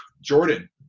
jordan